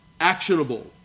actionable